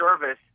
service